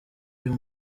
iyo